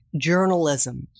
journalism